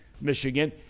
Michigan